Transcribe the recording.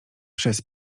przez